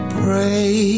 pray